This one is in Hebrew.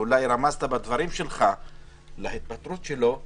שאולי רמזת בדברים שלך להתפטרות שלו.